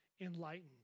enlightened